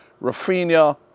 Rafinha